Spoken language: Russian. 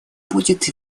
будет